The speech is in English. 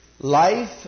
Life